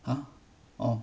ah orh